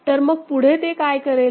तर मग पुढे ते काय करेल